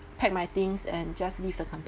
pack my things and just leave the